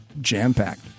jam-packed